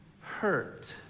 hurt